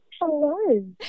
Hello